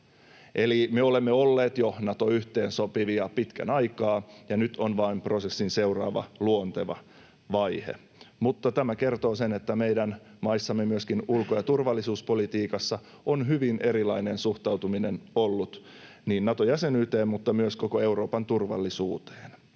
Eli me olemme olleet jo Nato-yhteensopivia pitkän aikaa, ja nyt on vain prosessin seuraava luonteva vaihe, mutta tämä kertoo sen, että meidän maissamme myöskin ulko- ja turvallisuuspolitiikassa on hyvin erilainen suhtautuminen ollut niin Nato-jäsenyyteen kuin myös koko Euroopan turvallisuuteen.